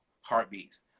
heartbeats